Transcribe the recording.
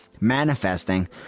manifesting